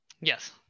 yes